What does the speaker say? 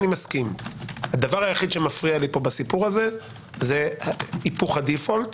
הדבר היחיד שמפריע לי בסיפור הזה זה היפוך הדיפולט